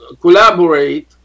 collaborate